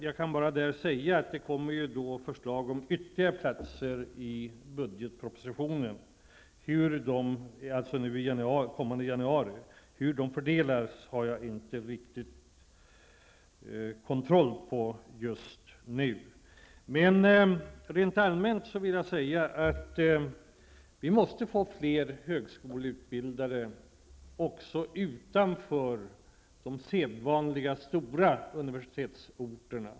Jag kan bara säga att det kommer förslag om ytterligare platser i budgetpropositionen. Hur dessa platser fördelas kan jag inte riktigt svara på just nu. Rent allmänt vill jag säga att vi måste få fler högskoleutbildade, även utanför de sedvanliga stora universitetsorterna.